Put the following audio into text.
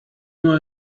nur